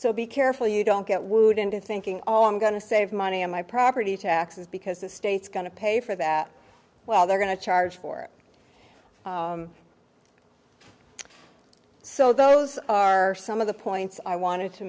so be careful you don't get wood into thinking oh i'm going to save money on my property taxes because the state's going to pay for that well they're going to charge for it so those are some of the points i wanted to